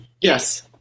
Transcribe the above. Yes